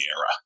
era